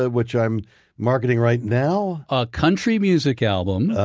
ah which i'm marketing right now. a country music album.